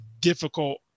difficult